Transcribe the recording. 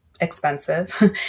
expensive